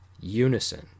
unison